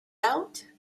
out